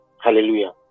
Hallelujah